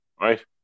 right